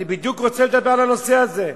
אני רוצה לדבר בדיוק על הנושא הזה.